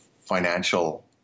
financial